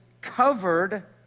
covered